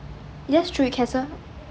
yes sure you can